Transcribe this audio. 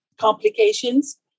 complications